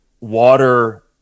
water